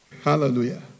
Hallelujah